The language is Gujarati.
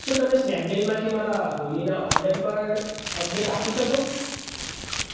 શું તમે સ્નેપડીલમાંથી મારા હૂડીના ઓર્ડર પર અપડેટ આપી શકો